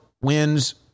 wins